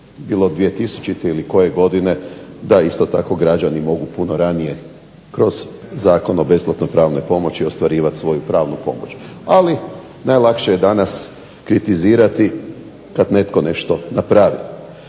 ili od 2000. ili koje godine da isto tako građani mogu puno ranije kroz Zakon o besplatnoj pravnoj pomoći ostvarivat svoju pravnu pomoć. Ali najlakše je danas kritizirati kad netko nešto napravi.